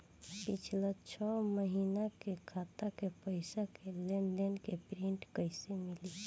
पिछला छह महीना के खाता के पइसा के लेन देन के प्रींट कइसे मिली?